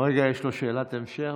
רגע, יש לו שאלת המשך.